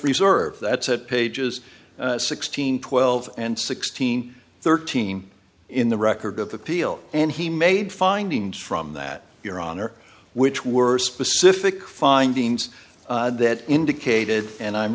reserve that pages sixteen twelve and sixteen thirteen in the record of the peel and he made findings from that your honor which were specific findings that indicated and i'm